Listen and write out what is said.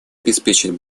обеспечить